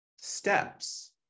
steps